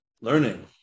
learning